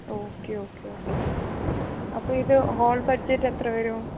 okay okay okay അപ്പോൾ ഇത് whole budget എത്ര വരും